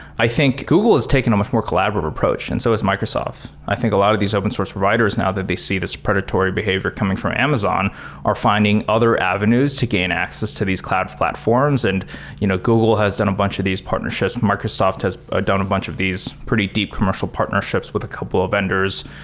i think google is taking a much more collaborative approach and so is microsoft. i think a lot of these open source providers now that they see this predatory behavior coming from amazon are finding other avenues to gain access to these cloud platforms, and you know google has done a bunch of these partnerships. partnerships. microsoft has done a bunch of these pretty deep commercial partnerships with a couple of vendors.